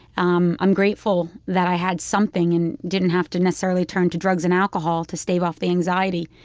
um i'm grateful that i had something and didn't have to necessarily turn to drugs and alcohol to stave off the anxiety.